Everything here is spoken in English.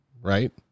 right